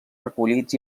recollits